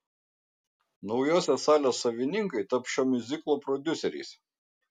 naujosios salės savininkai taps šio miuziklo prodiuseriais